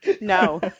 no